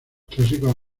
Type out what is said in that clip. clásicos